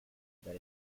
that